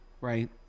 Right